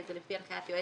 לפי הנחיית היועץ,